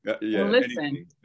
Listen